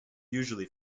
usually